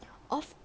of c~